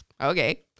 okay